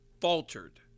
faltered